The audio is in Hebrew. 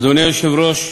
אדוני היושב-ראש,